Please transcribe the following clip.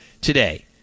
today